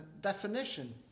definition